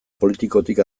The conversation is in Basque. politikotik